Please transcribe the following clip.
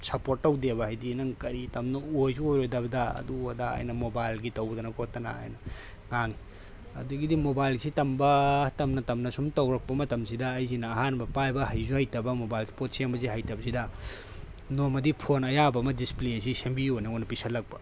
support ꯇꯧꯗꯦꯕ ꯍꯥꯏꯕꯗꯤ ꯅꯪ ꯀꯔꯤ ꯇꯝꯕꯅꯣ ꯑꯣꯏꯁꯨ ꯑꯣꯏꯔꯣꯏꯗꯕꯗ ꯑꯗꯨ ꯑꯗꯥ ꯍꯥꯏꯅ ꯃꯣꯕꯥꯏꯜꯒꯤ ꯇꯧꯗꯅ ꯈꯣꯠꯇꯅ ꯍꯥꯏꯅ ꯉꯥꯡꯏ ꯑꯗꯨꯗꯒꯤꯗꯤ ꯃꯣꯕꯥꯏꯜꯁꯤ ꯇꯝꯕ ꯇꯝꯅ ꯇꯝꯅ ꯑꯁꯨꯝ ꯇꯧꯔꯛꯄ ꯃꯇꯝꯁꯤꯗ ꯑꯩꯁꯦꯅ ꯑꯍꯥꯟꯕ ꯄꯥꯏꯕ ꯍꯩꯁꯨ ꯍꯩꯇꯕ ꯃꯣꯕꯥꯏꯜ ꯄꯣꯠ ꯁꯦꯝꯕꯁꯦ ꯍꯩꯇꯕꯁꯤꯗ ꯅꯣꯡꯃꯗꯤ ꯐꯣꯟ ꯑꯌꯥꯕ ꯑꯃ ꯗꯤꯁꯄ꯭ꯂꯦꯁꯤ ꯁꯣꯝꯕꯤꯌꯣꯅ ꯑꯩꯉꯣꯟꯗ ꯄꯤꯁꯤꯜꯂꯛꯄ